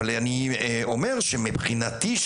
מבחינתי,